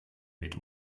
mit